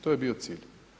To je bio cilj.